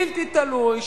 בלתי תלוי,